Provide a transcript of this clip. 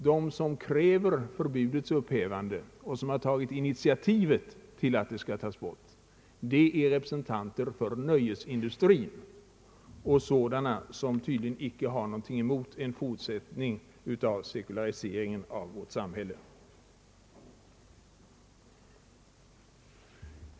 De som kräver förbudets upphävande och som tagit initiativet till en ändring är representanter för nöjesindustrin och sådana som tydligen icke har någonting emot en fortsatt sekularisering av vårt samhälle.